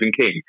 King